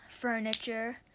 furniture